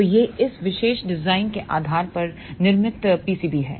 तो यह इस विशेष डिज़ाइन के आधार पर निर्मितPCB है